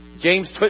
James